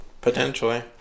potentially